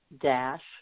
dash